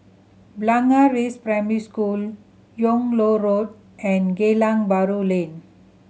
Blangah Rise Primary School Yung Loh Road and Geylang Bahru Lane